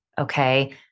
okay